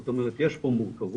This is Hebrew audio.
זאת אומרת יש פה מורכבות,